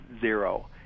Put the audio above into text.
zero